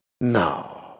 No